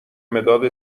مداد